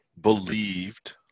believed